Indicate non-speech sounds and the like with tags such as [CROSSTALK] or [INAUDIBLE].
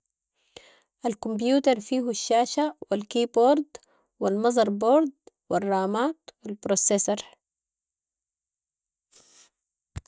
الكمبيوتر فيهو، الشاشة و ال keyboard و ال motherboard و الرامات و البروسسر. [NOISE]